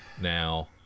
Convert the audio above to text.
Now